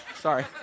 Sorry